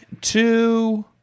two